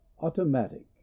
Automatic